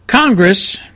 Congress